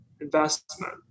investment